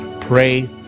pray